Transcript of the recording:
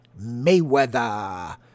Mayweather